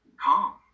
calm